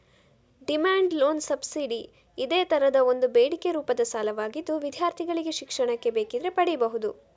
demand loan subsidy ಇದೇ ತರದ ಒಂದು ಬೇಡಿಕೆ ರೂಪದ ಸಾಲವಾಗಿದ್ದು ವಿದ್ಯಾರ್ಥಿಗಳಿಗೆ ಶಿಕ್ಷಣಕ್ಕೆ ಬೇಕಿದ್ರೆ ಪಡೀಬಹುದು